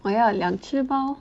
我要两只猫